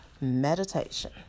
meditation